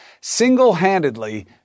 single-handedly